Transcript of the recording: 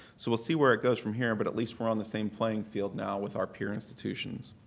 so we'll see where it goes from here but at least we're on the same playing field now with our peer institutions.